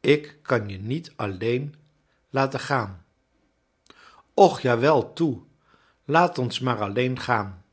ik kan je niet alleen laten gaan och jawel toe laat ons maar alleen gaan